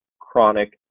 chronic